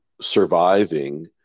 surviving